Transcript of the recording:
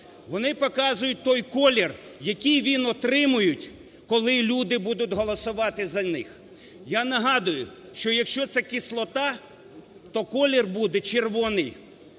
вони показують той колір, який він отримає, коли люди будуть голосувати за них. Я нагадую, що якщо це кислота, то колір буде червоний.